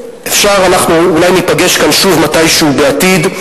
אולי ניפגש כאן שוב מתישהו בעתיד,